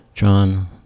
John